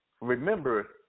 Remember